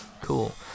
Cool